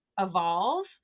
evolve